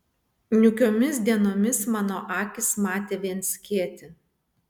niūkiomis dienomis mano akys matė vien skėtį